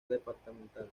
departamental